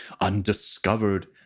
undiscovered